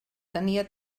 tenia